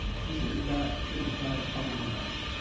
use what we've got. give it a try. it's probably very fast.